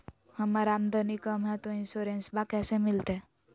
हमर आमदनी कम हय, तो इंसोरेंसबा कैसे मिलते?